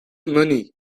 money